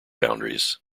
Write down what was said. boundaries